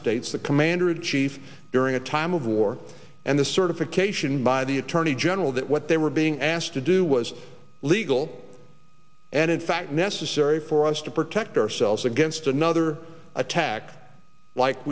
states the commander in chief during a time of war and the certification by the attorney general that what they were being asked to do was legal and in fact necessary for us to protect ourselves against another attack like